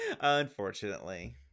Unfortunately